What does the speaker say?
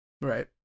right